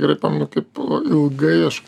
gerai pamenu kaip ilgai aš